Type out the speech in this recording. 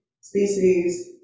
species